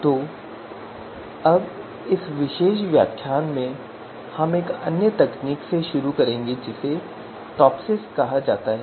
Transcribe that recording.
तो अब इस विशेष व्याख्यान में हम एक अन्य तकनीक से शुरू करेंगे जिसे टॉपसिस कहा जाता है